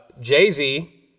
Jay-Z